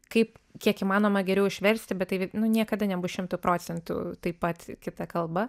kaip kiek įmanoma geriau išversti bet tai nu niekada nebus šimtu procentų taip pat kita kalba